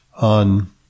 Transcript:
on